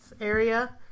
area